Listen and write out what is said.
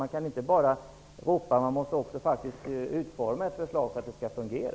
Man kan inte bara ropa, utan man måste också utforma ett förslag för att det hela skall fungera.